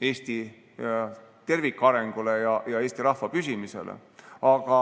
Eesti tervikarengule ja Eesti rahva püsimisele, aga